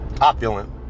opulent